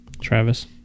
Travis